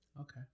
Okay